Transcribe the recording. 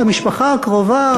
למשפחה הקרובה,